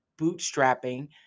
bootstrapping